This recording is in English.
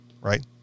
right